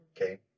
okay